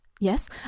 Yes